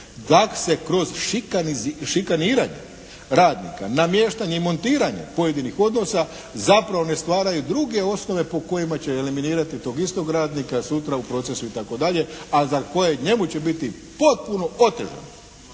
da se kroz šikaniranje radnika, namještanje i montiranje pojedinih odnosa zapravo ne stvaraju druge osnove po kojima će eliminirati tog istog radnika sutra u procesu itd., a za kojeg njemu će biti potpuno otežano,